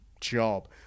job